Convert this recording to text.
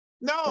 No